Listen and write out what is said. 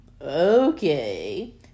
okay